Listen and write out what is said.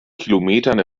kilometern